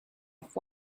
off